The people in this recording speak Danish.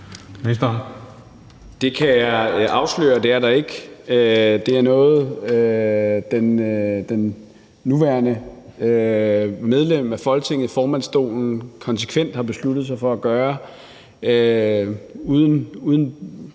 Jeg kan afsløre, at det er den ikke. Det er noget, det nuværende medlem af Folketinget i formandsstolen konsekvent har besluttet sig for at sige uden